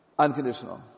unconditional